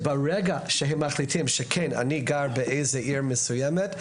שברגע שהם מחליטים שהם גרים בעיר מסוימת,